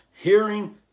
hearing